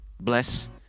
Bless